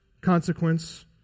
consequence